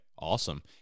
awesome